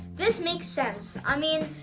this makes sense. i mean,